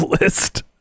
list